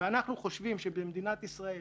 אנחנו חושבים שבמדינת ישראל